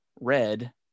Red